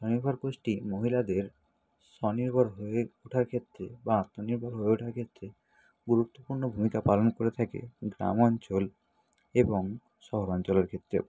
স্বনির্ভর গোষ্ঠী মহিলাদের স্বনির্ভর হয়ে ওঠার ক্ষেত্রে বা আত্মনির্ভর হয়ে ওঠার ক্ষেত্রে গুরুত্বপূর্ণ ভূমিকা পালন করে থাকে গ্রামাঞ্চল এবং শহরাঞ্চলের ক্ষেত্রেও